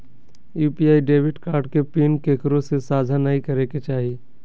UPI debit card के PIN केकरो से साझा नइ करे के चाही